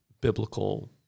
biblical